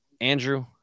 andrew